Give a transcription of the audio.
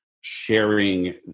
sharing